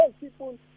people